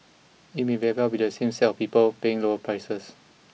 it may very well be the same set of people paying lower prices